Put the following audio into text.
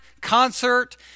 concert